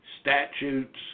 statutes